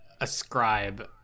ascribe